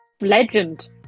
Legend